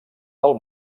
del